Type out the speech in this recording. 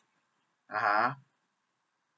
(uh huh)